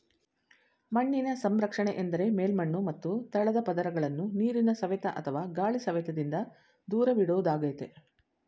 ಮಣ್ಣಿನ ಸಂರಕ್ಷಣೆ ಎಂದರೆ ಮೇಲ್ಮಣ್ಣು ಮತ್ತು ತಳದ ಪದರಗಳನ್ನು ನೀರಿನ ಸವೆತ ಅಥವಾ ಗಾಳಿ ಸವೆತದಿಂದ ದೂರವಿಡೋದಾಗಯ್ತೆ